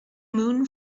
moon